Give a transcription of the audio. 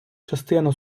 частина